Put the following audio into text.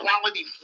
quality